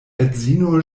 edzino